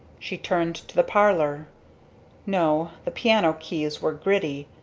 she turned to the parlor no, the piano keys were gritty,